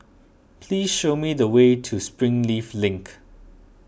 please show me the way to Springleaf Link